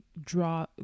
draw